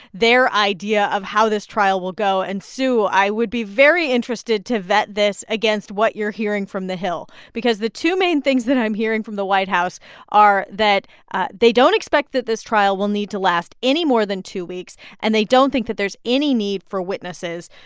their idea of how this trial will go. and, sue, i would be very interested to vet this against what you're hearing from the hill because the two main things that i'm hearing from the white house are that ah they don't expect that this trial will need to last any more than two weeks, and they don't think that there's any need for witnesses.